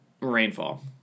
Rainfall